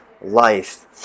life